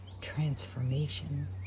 transformation